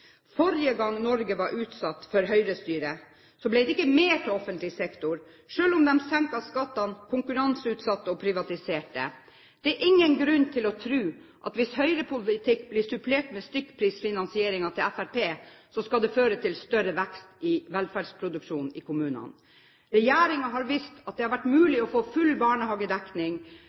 ikke mer til offentlig sektor, selv om de senket skattene, konkurranseutsatte og privatiserte. Det er ingen grunn til å tro at hvis Høyre-politikk blir supplert med stykkprisfinansieringen til Fremskrittspartiet, skal det føre til større vekst i velferdsproduksjonen i kommunene. Regjeringen har vist at det har vært mulig å få full barnehagedekning.